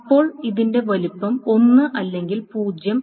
അപ്പോൾ ഇതിന്റെ വലുപ്പം 1 അല്ലെങ്കിൽ 0